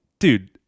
Dude